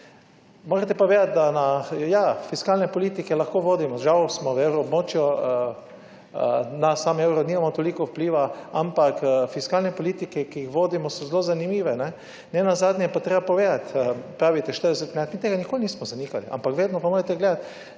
Morate pa vedeti, da na, ja, fiskalne politike lahko vodimo. Žal smo v Evroobmočju, na sam evro nimamo toliko vpliva, ampak fiskalne politike, ki jih vodimo, so zelo zanimive. Nenazadnje je pa treba povedati, pravite 40… Mi tega nikoli nismo zanikali, ampak vedno pa morate gledati